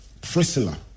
Priscilla